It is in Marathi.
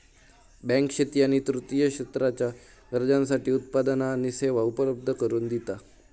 बँक शेती आणि तृतीय क्षेत्राच्या गरजांसाठी उत्पादना आणि सेवा उपलब्ध करून दिता